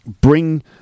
bring